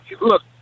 look